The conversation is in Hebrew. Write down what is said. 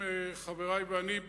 חברי ואני,